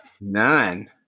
None